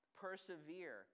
persevere